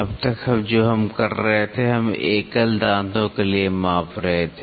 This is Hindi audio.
अब तक हम जो कर रहे थे वह हम एकल दांतों के लिए माप रहे थे